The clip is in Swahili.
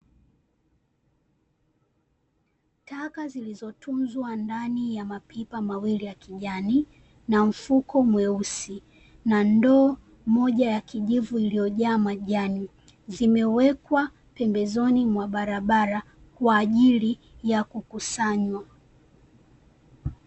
Taka zilizotunzwa ndani ya mapipa mawili ya kijani, na mfuko mweusi na ndoo moja ya kijivu iliyojaa majani, zimewekwa pembezoni mwa barabara kwa ajili ya kukusanywa.